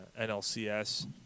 NLCS